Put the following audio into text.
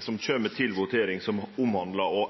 som kjem til votering, som eksplisitt omhandlar å